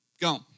go